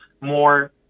more